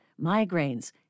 migraines